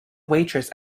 waitress